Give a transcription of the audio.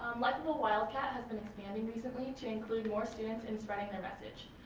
life of a wildcat has been expanding recently to include more students in spreading their message.